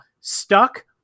stuck